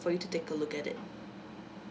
for you take a look at it